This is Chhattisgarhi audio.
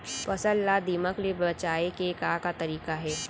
फसल ला दीमक ले बचाये के का का तरीका हे?